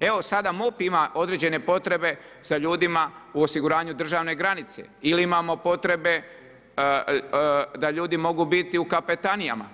evo sada MUP ima određene potrebe, sa ljudima u osiguranju državne granice, ili imamo potrebe da ljudi mogu biti u kapetanijama.